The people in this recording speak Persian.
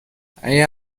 اگه